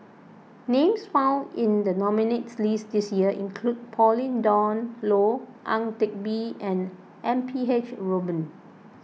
names found in the nominees' list this year include Pauline Dawn Loh Ang Teck Bee and M P H Rubin